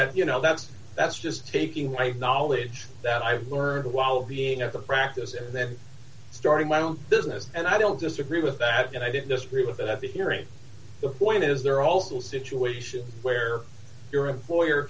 that you know that's that's just taking my knowledge that i've learned while being at the practice and then starting my own business and i don't disagree with that and i didn't disagree with that at the hearing the point is there are also situations where your employer